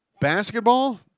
Basketball